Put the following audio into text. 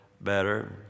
better